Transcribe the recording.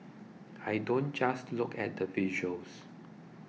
I don't just look at the visuals